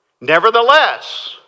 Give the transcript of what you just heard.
Nevertheless